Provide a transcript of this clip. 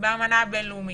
באמנה הבין-לאומית.